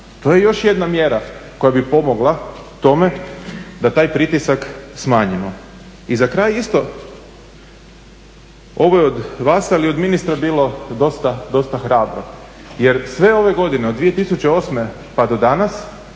To je još jedna mjera koja bi pomogla tome da taj pritisak smanjimo. I za kraj isto, ovo je od vas, ali i od ministra bilo dosta hrabro jer sve ove godine od 2008. pa do danas